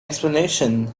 explanation